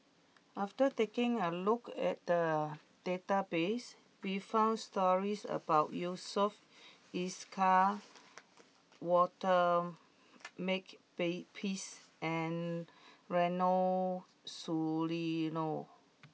after taking a look at the database we found stories about Yusof Ishak Walter Make bay peace and Ronald Susilo